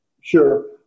Sure